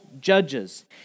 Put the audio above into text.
judges